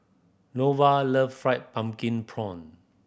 Norval love fried pumpkin prawn